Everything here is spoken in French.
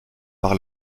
par